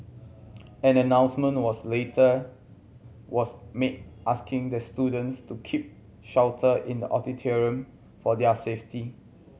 an announcement was later was made asking the students to keep shelter in the auditorium for their safety